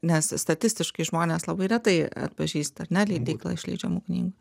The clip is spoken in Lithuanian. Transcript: nes statistiškai žmonės labai retai atpažįsta ar ne leidyklą iš leidžiamų knygų